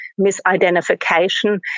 misidentification